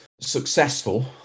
successful